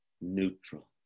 neutral